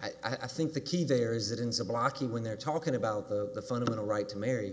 from i think the key there is that in some blocking when they're talking about the fundamental right to marry